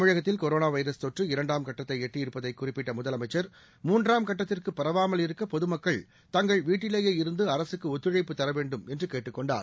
தமிழகத்தில் corona virus தொற்று இரண்டாம் கட்டத்தை எட்டியிருப்பதை குறிப்பிட்ட முதலமைச்சா் மூன்றாம் கட்டத்திற்கு பரவாமல் இருக்க பொதுமக்கள் தங்கள் வீட்டிலேயே இருந்து அரசுக்கு ஒத்துழைப்பு தரவேண்டும் என்று கேட்டுக் கொண்டார்